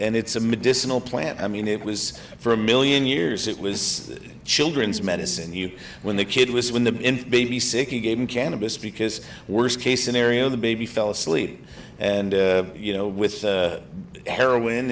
and it's a medicinal plant i mean it was for a million years it was a children's medicine you when the kid was when the baby sick you gave him cannabis because worst case scenario the baby fell asleep and you know with heroin